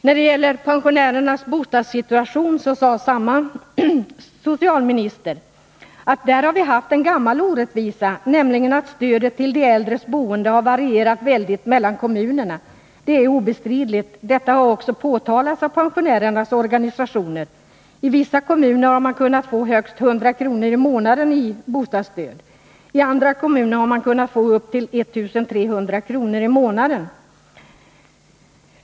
När det gäller pensionärernas bostadssituation sade samma socialminister: ”Där har vi haft en gammal orättvisa, nämligen att stödet till de äldres boende har varierat väldigt mellan kommunerna. Det är obestridligt. Detta har också påtalats av pensionärernas organisationer. I vissa kommuner har Nr 46 man kunnat få högst 100 kr. i månaden i bostadsstöd, i andra kommuner har man kunnat få upp till 1 300 kr. i månaden.